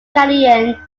canadian